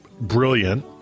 brilliant